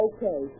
Okay